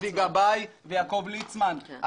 אבי גבאי ויעקב ליצמן,